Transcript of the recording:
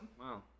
Wow